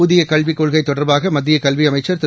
புதிய ்கல்விக் கொள்கை தொடர்பாக மத்திய கல்வித்துறை அமைச்சர் திரு